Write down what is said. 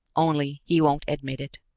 only he won't admit it.